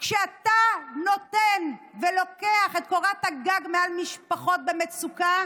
כשאתה לוקח את קורת הגג מעל משפחות במצוקה,